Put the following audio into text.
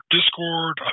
Discord